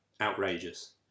outrageous